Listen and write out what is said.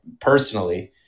personally